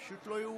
פשוט לא ייאמן.